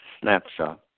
snapshot